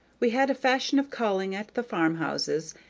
we had a fashion of calling at the farm-houses,